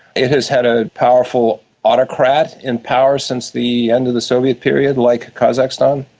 it has had a powerful autocrat in power since the end of the soviet period, like kazakhstan.